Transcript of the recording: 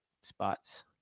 spots